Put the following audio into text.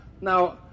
Now